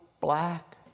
black